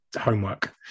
homework